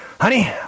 Honey